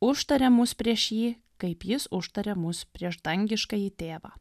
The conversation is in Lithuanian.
užtaria mus prieš jį kaip jis užtaria mus prieš dangiškąjį tėvą